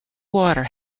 water